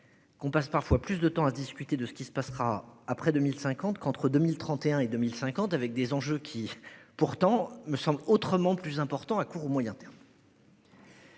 Qu'on passe parfois plus de temps à discuter de ce qui se passera après 2050 qu'entre 2031 et 2050 avec des enjeux qui pourtant me semble autrement plus importants à court ou moyen terme.